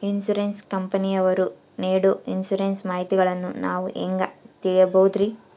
Insurance ಕಂಪನಿಯವರು ನೇಡೊ insurance ಮಾಹಿತಿಗಳನ್ನು ನಾವು ಹೆಂಗ ತಿಳಿಬಹುದ್ರಿ?